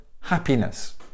happiness